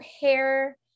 hair